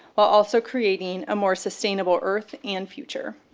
while also creating a more sustainable earth and future.